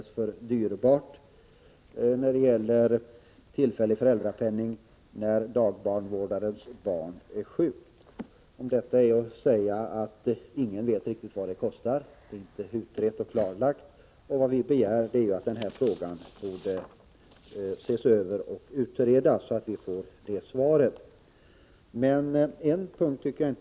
Monica Andersson säger att en sådan tillfällig föräldrapenning skulle bli alldeles för dyr. Om detta är att säga att ingen vet riktigt vad den skulle kosta, eftersom det inte är utrett och klarlagt. Vad vi begär är att ärendet skall utredas, så att vi får svar på den frågan.